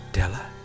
Della